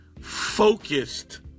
focused